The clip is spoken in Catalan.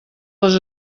les